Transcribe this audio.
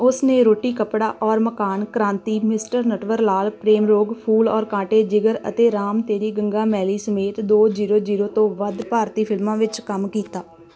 ਉਸ ਨੇ ਰੋਟੀ ਕੱਪੜਾ ਔਰ ਮਕਾਨ ਕ੍ਰਾਂਤੀ ਮਿਸਟਰ ਨਟਵਰਲਾਲ ਪ੍ਰੇਮ ਰੋਗ ਫੂਲ ਔਰ ਕਾਂਟੇ ਜਿਗਰ ਅਤੇ ਰਾਮ ਤੇਰੀ ਗੰਗਾ ਮੈਲੀ ਸਮੇਤ ਦੋ ਜ਼ੀਰੋ ਜ਼ੀਰੋ ਤੋਂ ਵੱਧ ਭਾਰਤੀ ਫਿਲਮਾਂ ਵਿੱਚ ਕੰਮ ਕੀਤਾ